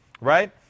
right